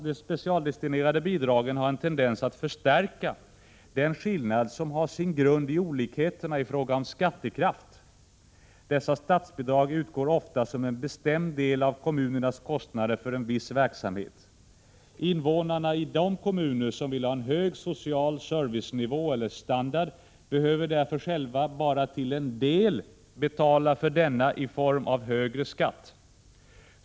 De specialdestinerade bidragen har en tendens att förstärka den skillnad som har sin grund i olikheterna i fråga om skattekraft. Dessa statsbidrag utgår ofta som en bestämd del av kommunernas kostnader för viss verksamhet. Invånarna i de kommuner som vill hålla en hög social servicenivå eller standard behöver därför själva bara till en del betala för denna i form av högre skatt.